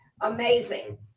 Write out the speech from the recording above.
amazing